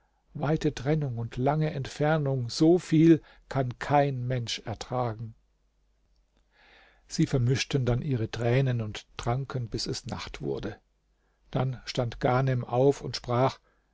weite trennung und lange entfernung so viel kann kein mensch ertragen sie vermischten dann ihre tränen und tranken bis es nacht wurde dann stand ghanem auf und sprach